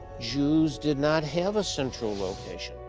jews did not have a central location.